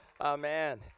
Amen